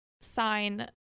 sign